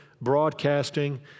broadcasting